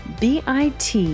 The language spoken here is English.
BIT